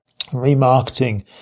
Remarketing